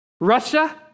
Russia